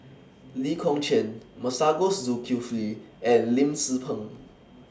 Lee Kong Chian Masagos Zulkifli and Lim Tze Peng